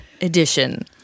edition